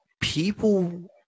people